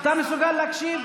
אתה מסוגל להקשיב?